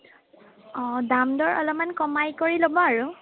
অ দাম দৰ অলপমান কমাই কৰি ল'ব আৰু